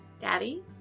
Daddy